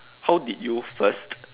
how did you first